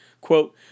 quote